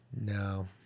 No